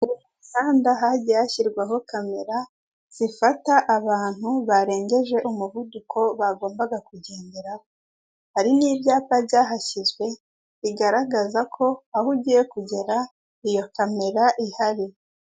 Ku mihanda hagiye hashyirwaho kamera zifata abantu barengeje umuvuduko bagombaga kugenderaho. Hari n'ibyapa byahashyizwe bigaragaza ko aho ugiye kugera, iyo kamera ihari.